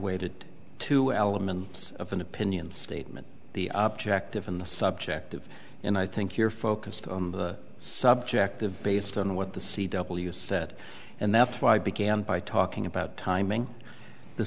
ated two elements of an opinion statement the object of in the subjective and i think you're focused on the subjective based on what the c w said and that's why i began by talking about timing the